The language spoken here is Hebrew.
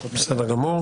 בסדר.